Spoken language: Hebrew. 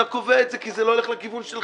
אתה קובע את זה, כי זה לא הולך לכיוון שלך.